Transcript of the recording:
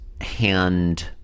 hand